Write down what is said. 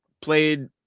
played